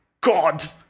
God